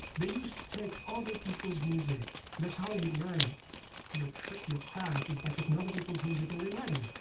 they used to take other people's music, and that's how you learned your trade your craft, is by taking other people's music and rewriting it.